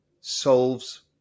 solves